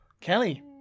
kelly